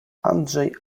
andrzej